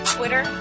Twitter